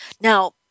Now